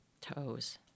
toes